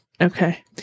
okay